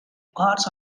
parts